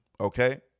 okay